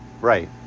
Right